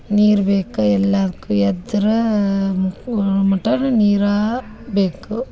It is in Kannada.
ನೀರು ಬೇಕು ಎಲ್ಲದ್ಕೂ ಎದ್ರೆ ಮುಕೋಳ್ಳೋ ಮಟ್ಟರೂ ನೀರೇ ಬೇಕು